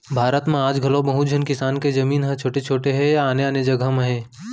भारत म आज घलौ बहुत झन किसान के जमीन ह छोट छोट हे या आने आने जघा म हे